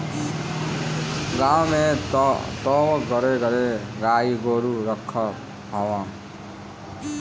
गांव में तअ घरे घरे गाई गोरु रखत हवे